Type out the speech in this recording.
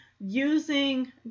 using